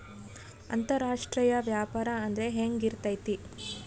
ಅಂತರಾಷ್ಟ್ರೇಯ ವ್ಯಾಪಾರ ಅಂದ್ರೆ ಹೆಂಗಿರ್ತೈತಿ?